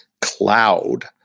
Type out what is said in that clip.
cloud